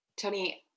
Tony